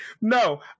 No